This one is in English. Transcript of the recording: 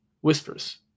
whispers